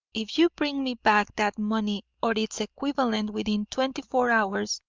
if you bring me back that money or its equivalent within twenty-four hours,